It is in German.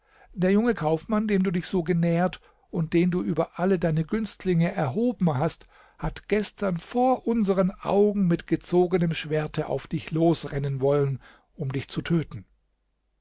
der junge kaufmann dem du dich so genähert und den du über alle dein günstlinge erhoben hast hat gestern vor unsern augen mit gezogenem schwerte auf dich losrennen wollen um dich zu töten